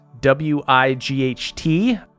W-I-G-H-T